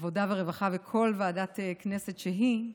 העבודה והרווחה וכל ועדת כנסת שהיא.